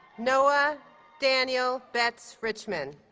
noah daniel betz-richman